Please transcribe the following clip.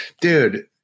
dude